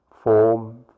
form